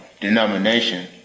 denomination